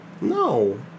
No